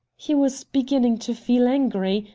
he was beginning to feel angry,